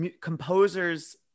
composers